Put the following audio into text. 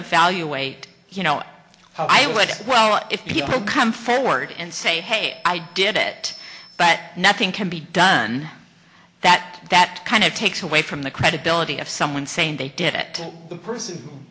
wait you know i would well if people come forward and say hey i did it but nothing can be done that that kind of takes away from the credibility of someone saying they did it the person